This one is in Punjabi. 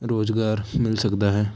ਰੁਜ਼ਗਾਰ ਮਿਲ ਸਕਦਾ ਹੈ